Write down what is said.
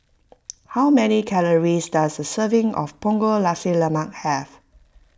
how many calories does a serving of Punggol Nasi Lemak have